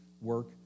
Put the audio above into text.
work